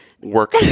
work